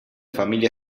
familia